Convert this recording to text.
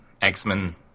X-Men